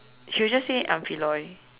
she would just say I'm Feloy